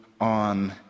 on